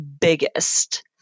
biggest